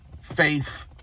Faith